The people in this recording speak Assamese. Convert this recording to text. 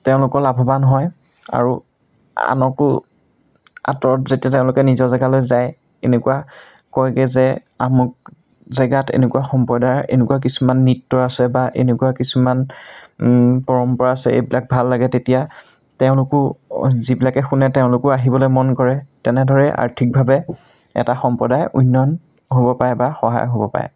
তেওঁলোকো লাভৱান হয় আৰু আনকো আঁতৰত যেতিয়া তেওঁলোকে নিজৰ জেগালৈ যায় এনেকুৱা কয়গৈ যে আমুক জেগাত এনেকুৱা সম্প্ৰদায়ৰ এনেকুৱা কিছুমান নৃত্য আছে বা এনেকুৱা কিছুমান পৰম্পৰা আছে এইবিলাক ভাল লাগে তেতিয়া তেওঁলোকো যিবিলাকে শুনে তেওঁলোকো আহিবলৈ মন কৰে তেনেদৰে আৰ্থিকভাৱে এটা সম্প্ৰদায় উন্নয়ন হ'ব পাৰে বা সহায় হ'ব পাৰে